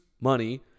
money